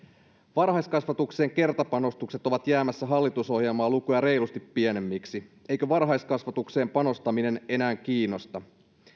varhaiskasvatuksen kertapanostukset ovat jäämässä hallitusohjelman lukuja reilusti pienemmiksi eikö varhaiskasvatukseen panostaminen enää kiinnosta